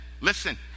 Listen